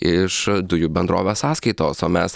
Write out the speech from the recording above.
iš dujų bendrovės sąskaitos o mes